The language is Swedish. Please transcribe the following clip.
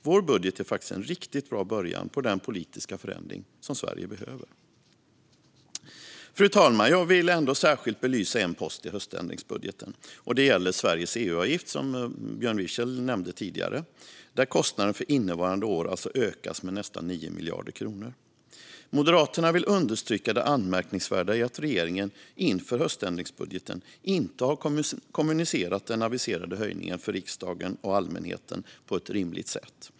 Vår budget är faktiskt en riktigt bra början på den politiska förändring som Sverige behöver. Fru talman! Jag vill särskilt belysa en post i höständringsbudgeten. Det gäller Sveriges EU-avgift, som Björn Wiechel nämnde tidigare. Kostnaden för innevarande år ökas alltså med nästan 9 miljarder kronor. Moderaterna vill understryka det anmärkningsvärda i att regeringen inför höständringsbudgeten inte har kommunicerat den aviserade höjningen för riksdagen och allmänheten på ett rimligt sätt.